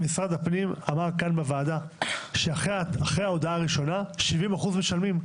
משרד הפנים אמר כאן בוועדה שאחרי ההודעה הראשונה 70 אחוזים משלמים.